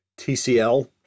tcl